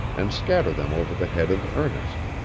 and scatter them over the head of ernest